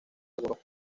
algunos